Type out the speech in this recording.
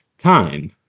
time